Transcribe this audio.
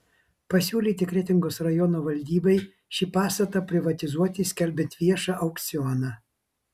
pasiūlyti kretingos rajono valdybai šį pastatą privatizuoti skelbiant viešą aukcioną